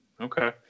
Okay